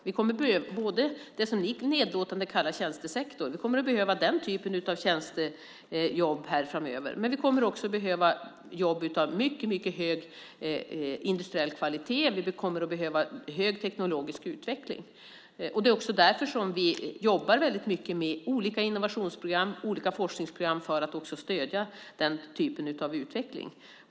Vi kommer att behöva den typen av tjänster inom tjänstesektorn framöver som ni talar så nedlåtande om, men vi kommer också att behöva jobb av mycket hög industriell kvalitet. Vi kommer att behöva högteknologisk utveckling. Det är också därför som vi jobbar väldigt mycket med olika innovationsprogram och olika forskningsprogram för att stödja den typen av utveckling.